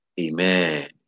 Amen